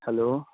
hello